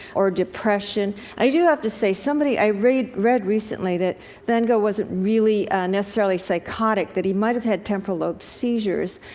or depression. i do have to say, somebody i read read recently that van gogh wasn't really necessarily psychotic, that he might have had temporal lobe seizures,